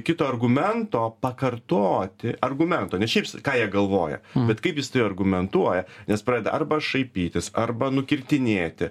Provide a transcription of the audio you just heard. kito argumento pakartoti argumento ne šiaip s ką jie galvoja bet kaip jis tai argumentuoja nes pradeda arba šaipytis arba nukirtinėti